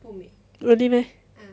really meh